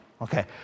Okay